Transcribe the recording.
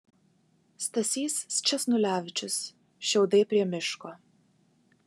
stasys sčesnulevičius šiaudai prie miško